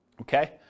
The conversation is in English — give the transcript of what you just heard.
Okay